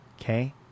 Okay